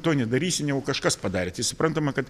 to nedarysim jau kažkas padarė tai suprantama kad